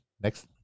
Next